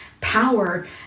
power